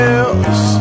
else